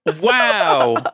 Wow